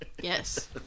Yes